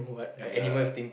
the